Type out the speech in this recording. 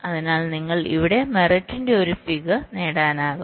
അതിനാൽ നിങ്ങൾക്ക് മെറിറ്റിന്റെ ഒരു ഫിഗർ നേടാനാകും